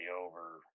over